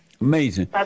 Amazing